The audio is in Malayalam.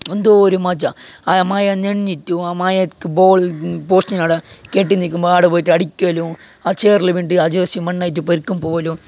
എന്തോരം മജ്ജ് ആ മഴ നനഞ്ഞിട്ടും മഴയത്ത് ഗോള് പോസ്റ്റിൻ്റെ കെട്ടി നിൽക്കുമ്പോൾ അവിടെ പോയിട്ട് അവിടെ പോയിട്ട് അടിക്കലും ചേറില് വീണിട്ട് ജേഴ്സി മണ്ണായിട്ടു പോവലും